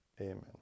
Amen